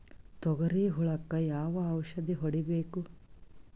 ತೊಗರಿ ಹುಳಕ ಯಾವ ಔಷಧಿ ಹೋಡಿಬೇಕು?